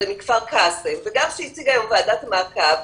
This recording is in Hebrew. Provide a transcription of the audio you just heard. מכפר קאסם וגם שהציגה היום ועדת המעקב,